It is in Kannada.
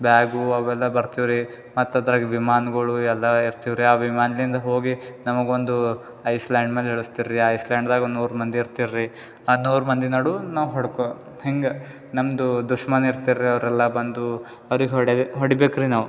ಬ್ಯಾಗು ಅವೆಲ್ಲ ಬರ್ತಿವು ರೀ ಮತ್ತೆ ಅದರಾಗೆ ವಿಮಾನಗಳು ಎಲ್ಲ ಇರ್ತಿವು ರೀ ಆ ವಿಮಾನದಿಂದ ಹೋಗಿ ನಮ್ಗೆ ಒಂದು ಐಸ್ ಲ್ಯಾಂಡ್ ಮೇಲೆ ಇಳಿಸ್ತಿರು ರೀ ಐಸ್ಲ್ಯಾಂಡ್ದಾಗ ಒಂದು ನೂರು ಮಂದಿ ಇರ್ತಿರು ರೀ ಆ ನೂರು ಮಂದಿ ನಡು ನಾವು ಹೊಡ್ಕೋ ಹೆಂಗೆ ನಮ್ದು ದುಶ್ಮನ ಇರ್ತಿರು ರೀ ಅವರೆಲ್ಲ ಬಂದು ಅವರಿಗೆ ಹೊಡೆದೆ ಹೊಡಿಬೇಕು ರೀ ನಾವು